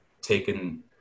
taken